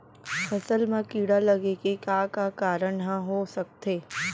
फसल म कीड़ा लगे के का का कारण ह हो सकथे?